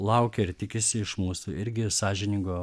laukia ir tikisi iš mūsų irgi sąžiningo